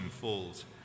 falls